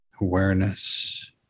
awareness